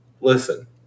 Listen